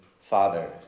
Father